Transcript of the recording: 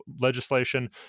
legislation